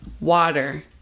Water